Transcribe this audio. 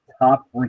top